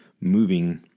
moving